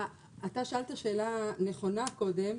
אתה שאלת שאלה נכונה קודם,